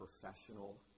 professional